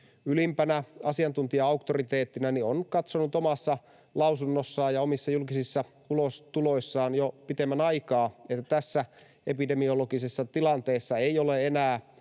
ylimpänä asiantuntija-auktoriteettina, ovat katsoneet omissa lausunnoissaan ja omissa julkisissa ulostuloissaan jo pitemmän aikaa, että tässä epidemiologisessa tilanteessa ei ole enää